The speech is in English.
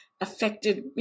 affected